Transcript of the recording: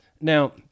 Now